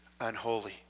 unholy